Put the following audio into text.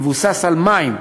מבוססים על מים,